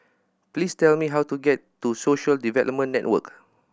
please tell me how to get to Social Development Network